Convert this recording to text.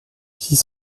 six